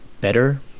better